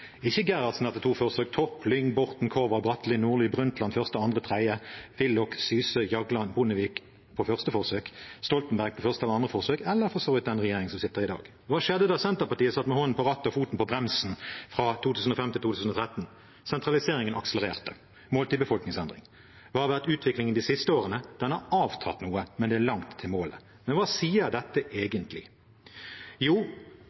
ikke Gerhardsen, etter to forsøk, Torp, Lyng, Borten, Korvald, Bratteli, Nordli, Brundtland I, II og III, Willoch, Syse, Jagland, Bondevik, på første forsøk, Stoltenberg på første eller andre forsøk, eller for så vidt den regjeringen som sitter i dag. Hva skjedde da Senterpartiet satt med hånden på rattet og foten på bremsen fra 2005 til 2013? Sentraliseringen akselererte, målt i befolkningsendring. Hva har vært utviklingen de siste årene? Den har avtatt noe, men det er langt til målet. Hva sier dette egentlig? Jo,